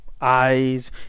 eyes